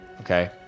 okay